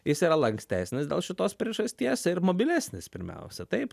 jis yra lankstesnis dėl šitos priežasties ir mobilesnis pirmiausia taip